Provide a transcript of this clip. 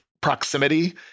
proximity